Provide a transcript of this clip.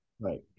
right